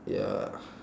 ya